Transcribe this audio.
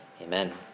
Amen